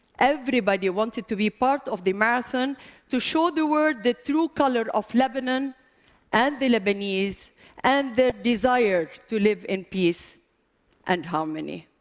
everybody wanted to be part of the marathon to show the world the true colors of lebanon and the lebanese and their desire to live in peace and harmony.